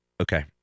Okay